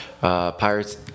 Pirates